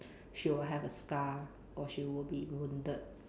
she will have a scar or she would be wounded